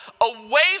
away